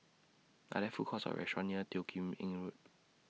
Are There Food Courts Or restaurants near Teo Kim Eng Road